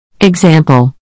Example